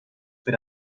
per